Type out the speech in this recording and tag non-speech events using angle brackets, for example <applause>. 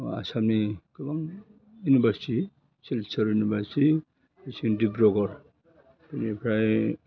आसामनि गोबां university Silchar university <unintelligible> Dibrugarh बेनिफ्राय